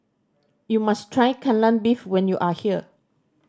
you must try Kai Lan Beef when you are here